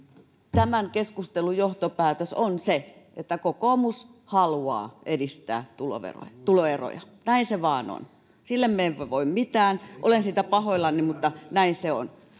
tämän keskustelun johtopäätös on se että kokoomus haluaa edistää tuloeroja näin se vaan on sille me emme voi mitään olen siitä pahoillani mutta näin se on